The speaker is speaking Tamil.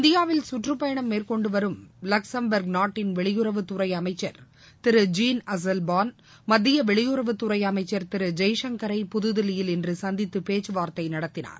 இந்தியாவில் சுற்றுப் பயணம் மேற்கொண்டு வரும் லக்சம்பர்க் நாட்டின் வெளியுறவுத்துறை அமைச்சர் திரு ஜீன் அசெவ்பார்ன் மத்திய வெளியுறவுத்துறை அமைச்சர் திரு ஜெய்சங்கரை புதுதில்லியில் இன்று சந்தித்து பேச்சுவார்த்தை நடத்தினார்